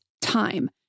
time